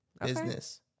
Business